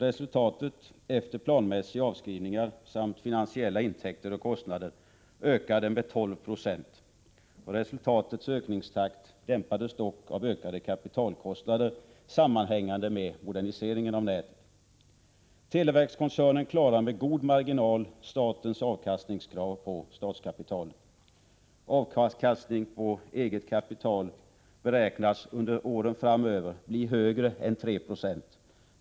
Resultatet efter planmässiga avskrivningar samt finansiella intäkter och kostnader ökade med 12 20. Resultatets ökningstakt dämpades dock av ökade kapitalkostnader sammanhängande med moderniseringen av nätet. Televerkskoncernen klarar med god marginal statens avkastningskrav på statskapitalet. Avkastning på eget kapital beräknas bli högre än 3 90 under åren framöver.